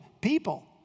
people